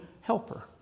helper